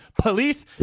Police